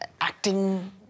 acting